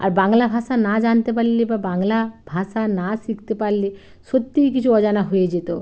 আর বাংলা ভাষা না জানতে পারলে বা বাংলা ভাষা না শিখতে পারলে সত্যিই কিছু অজানা হয়ে যেত